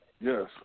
Yes